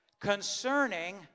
concerning